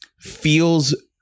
feels